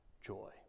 joy